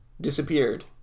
disappeared